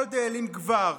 כל דאלים גבר.